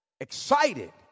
excited